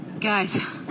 Guys